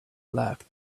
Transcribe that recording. laughed